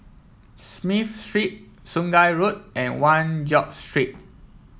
Smith Street Sungei Road and One George Street